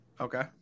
Okay